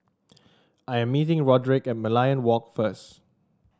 I am meeting Roderic at Merlion Walk first